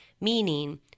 meaning